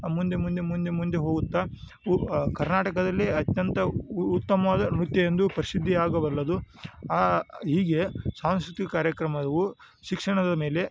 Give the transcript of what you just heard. ಮುಂದೆ ಮುಂದೆ ಮುಂದೆ ಮುಂದೆ ಹೋಗುತ್ತ ಉ ಕರ್ನಾಟಕದಲ್ಲಿ ಅತ್ಯಂತ ಉತ್ತಮವಾದ ನೃತ್ಯ ಎಂದು ಪ್ರಸಿದ್ಧಿಯಾಗಬಲ್ಲದು ಆ ಹೀಗೆ ಸಾಂಸ್ಕೃತಿಕ ಕಾರ್ಯಕ್ರಮವು ಶಿಕ್ಷಣದ ಮೇಲೆ